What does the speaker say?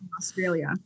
Australia